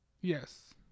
Yes